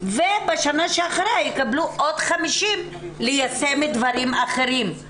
ובשנה שאחריה יקבלו עוד 50 מיליון שקלים ליישם דברים אחרים.